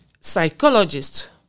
psychologist